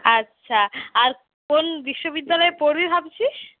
আচ্ছা আর কোন বিশ্ববিদ্যালয়ে পড়বি ভাবছিস